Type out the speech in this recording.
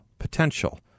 potential